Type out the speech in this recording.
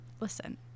Listen